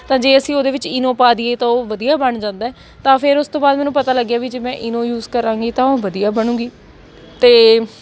ਤਾਂ ਜੇ ਅਸੀਂ ਉਹਦੇ ਵਿੱਚ ਇਨੋ ਪਾ ਦੇਈਏ ਤਾਂ ਉਹ ਵਧੀਆ ਬਣ ਜਾਂਦਾ ਤਾਂ ਫਿਰ ਉਸ ਤੋਂ ਬਾਅਦ ਮੈਨੂੰ ਪਤਾ ਲੱਗਿਆ ਵੀ ਜੇ ਮੈਂ ਇਨੋ ਯੂਜ ਕਰਾਂਗੀ ਤਾਂ ਉਹ ਵਧੀਆ ਬਣੂੰਗੀ ਅਤੇ